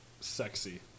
sexy